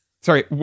Sorry